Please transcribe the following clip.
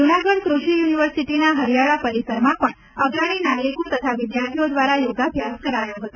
જૂનાગઢ ક્રષિ યુનિવર્સિટીના હરિયાળા પરિસરમાં પણ અગ્રણી નાગરિકો તથા વિદ્યાર્થીઓ દ્વારા યોગાભ્યાસ કરાયો હતો